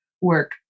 work